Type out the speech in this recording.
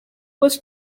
was